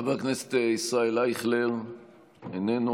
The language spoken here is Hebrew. חבר הכנסת ישראל אייכלר, איננו.